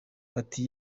bati